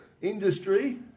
Industry